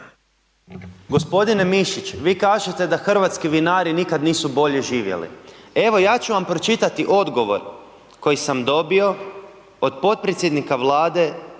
Gospodine Mišić vi kažete da hrvatski vinari nikad nisu bolje živjeli. Evo, ja ću vam pročitati odgovor, koji sam dobio od potpredsjednika Vlade